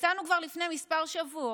הצענו כבר לפני כמה שבועות: